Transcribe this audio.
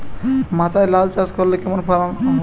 মাচায় লাউ চাষ করলে ফলন কেমন?